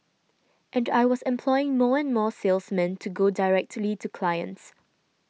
and I was employing more and more salesmen to go directly to clients